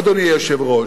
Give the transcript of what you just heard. אדוני היושב-ראש?